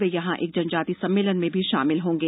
वे यहां एक जनजाति सम्मेलन में भी शामिल होंगे